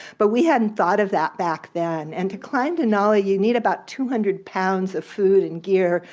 but we hadn't thought of that back then, and to climb denali you need about two hundred pounds of food and gear,